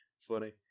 Funny